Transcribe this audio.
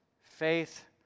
faith